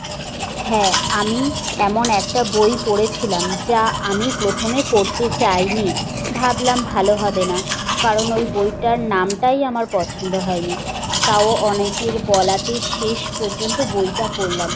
হ্যাঁ আমি এমন একটা বই পড়েছিলাম যা আমি প্রথমে পড়তে চাই নি ভাবলাম ভালো হবে না কারণ ওই বইটার নামটাই আমার পছন্দ হয় নি তাও অনেকের বলাতে শেষ পর্যন্ত বইটা পড়লাম